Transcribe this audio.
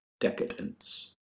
decadence